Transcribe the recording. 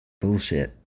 Bullshit